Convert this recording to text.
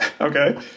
Okay